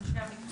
אנשי המקצוע.